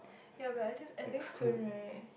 ya but it just ending soon right